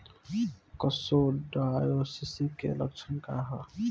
Coccidiosis के लक्षण का ह?